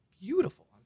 beautiful